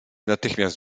natychmiast